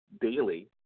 daily